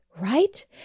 Right